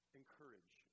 encourage